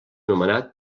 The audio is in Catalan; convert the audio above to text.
nomenat